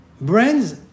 brands